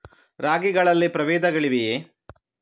ರಾಗಿಗಳಲ್ಲಿ ಪ್ರಬೇಧಗಳಿವೆಯೇ?